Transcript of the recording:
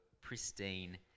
pristine